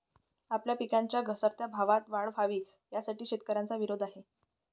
आपल्या पिकांच्या घसरत्या भावात वाढ व्हावी, यासाठी शेतकऱ्यांचा विरोध आहे